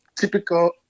typical